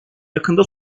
yakında